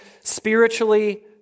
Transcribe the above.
spiritually